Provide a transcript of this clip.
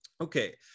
okay